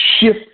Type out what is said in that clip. Shift